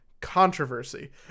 controversy